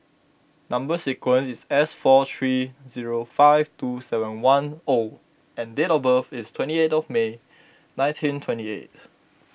Number Sequence is S four three zero five two seven one O and date of birth is twenty eight of May nineteen twenty eighth